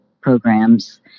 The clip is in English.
programs